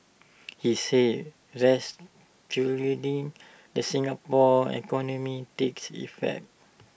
he said the Singapore economy takes effect